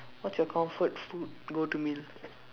what's your comfort food go to meal